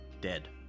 Dead